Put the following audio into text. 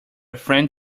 friend